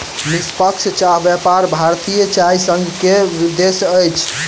निष्पक्ष चाह व्यापार भारतीय चाय संघ के उद्देश्य अछि